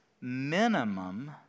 minimum